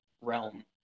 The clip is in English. realm